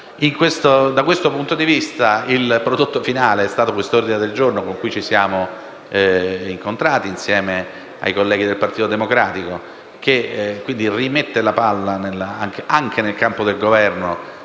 Da questo punto di vista, il prodotto finale è stato l'ordine del giorno in esame, su cui ci siamo incontrati con i colleghi del Partito Democratico, che rimette la palla anche nel campo del Governo